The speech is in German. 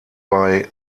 bei